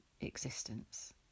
existence